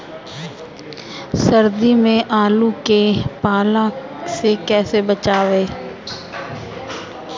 सर्दी में आलू के पाला से कैसे बचावें?